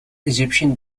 egyptian